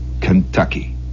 Kentucky